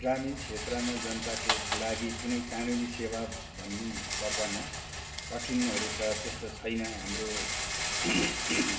ग्रामीण क्षेत्रमा जनताको लागि कुनै कानुनी सेवा भन्नु पर्दामा कठिनहरू त त्यस्तो छैन हाम्रो